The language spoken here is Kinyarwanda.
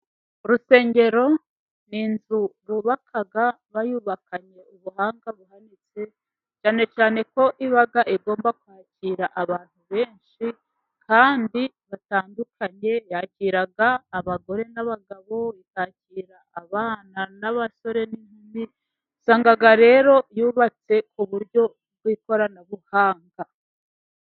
Urusengero ni inzu bubaka bayubakanye ubuhanga buhanitse, cyane cyane ko iba igomba kwakira abantu benshi kandi batandukanye, yakira abagore n'abagabo, ikakira abana n'abasore n'inkumi, usanga rero yubatse ku buryo bw'ikoranabuhanga.